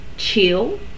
Chill